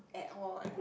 at all eh